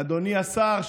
אדוני השר,